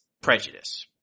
prejudice